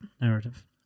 narrative